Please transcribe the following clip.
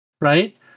right